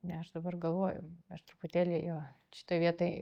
ne aš dabar galvoju aš truputėlį jo šitoj vietoj